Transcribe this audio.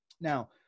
Now